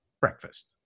breakfast